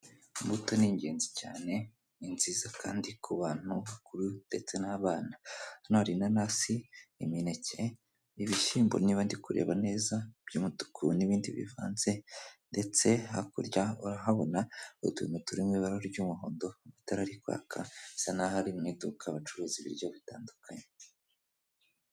Imbuto n'ingenzi cyane ni nziza kandi ku bantu bakuru ndetse n'abana, hano hari inanasi, imineke, ibishyimbo niba ndi kureba neza by'umutuku n'ibindi bivanze, ndetse hakurya urahabona utuntu turimo ibara ry'umuhondo, amatara ari kwaka bisa n'aho ari mu iduka bacuruza ibiryo bitandukanye.